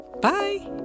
Bye